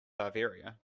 bavaria